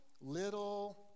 little